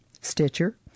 Stitcher